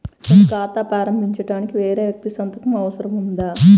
నేను ఖాతా ప్రారంభించటానికి వేరే వ్యక్తి సంతకం అవసరం ఉందా?